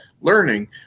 learning